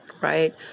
right